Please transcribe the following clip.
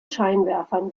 scheinwerfern